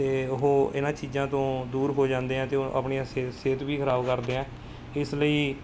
ਅਤੇ ਉਹ ਇਹਨਾਂ ਚੀਜ਼ਾਂ ਤੋਂ ਦੂਰ ਹੋ ਜਾਂਦੇ ਹੈ ਅਤੇ ਉਹ ਆਪਣੀਆਂ ਸਿਹਤ ਸਿਹਤ ਵੀ ਖ਼ਰਾਬ ਕਰਦੇ ਹੈ ਇਸ ਲਈ